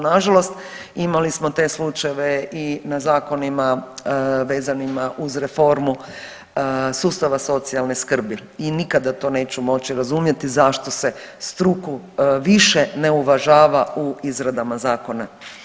Na žalost imali smo te slučajeve i na zakonima vezanima uz reformu sustava socijalne skrbi i nikada to neću moći razumjeti zašto se struku više ne uvažava u izradama zakona.